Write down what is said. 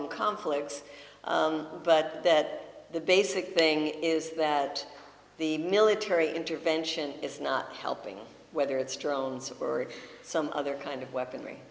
in conflicts but that the basic thing is that the military intervention is not helping whether it's drones or some other kind of weaponry